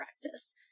practice